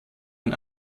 ein